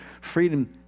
freedom